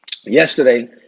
Yesterday